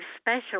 special